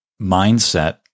mindset